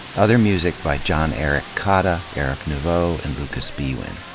other music by john erik kaada, eric neveux, and lucas biewen.